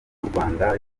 rwanda